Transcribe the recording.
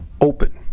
open